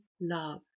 love